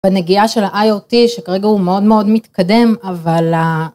בנגיעה של ה IOT שכרגע הוא מאוד מאוד מתקדם אבל.